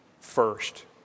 first